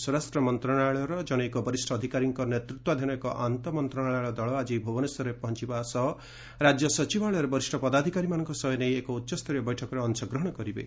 ସ୍ୱରାଷ୍ଟ୍ର ମନ୍ତ୍ରଣାଳୟର ଜନୈକ ବରିଷ୍ଠ ଅଧିକାରୀଙ୍କ ନେତୃତ୍ୱାଧୀନ ଏକ ଆନ୍ତଃ ମନ୍ତ୍ରଣାଳୟ ଦଳ ଆଜି ଭୁବନେଶ୍ୱରରେ ପହଞ୍ଚିବା ସହ ରାଜ୍ୟ ସଚିବାଳୟରେ ବରିଷ ପଦାଧିକାରୀମାନଙ୍କ ସହ ଏନେଇ ଏକ ଉଚ୍ଚସ୍ତରୀୟ ବୈଠକରେ ଅଂଶଗ୍ରହଣ କରିବେ